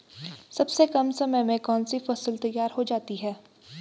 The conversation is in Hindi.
सबसे कम समय में कौन सी फसल तैयार हो जाती है?